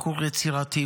בחור יצירתי,